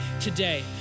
today